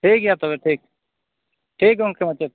ᱴᱷᱤᱠ ᱜᱮᱭᱟ ᱛᱚᱵᱮ ᱴᱷᱤᱠ ᱴᱷᱤᱠ ᱜᱚᱢᱠᱮ ᱢᱟᱪᱮᱫ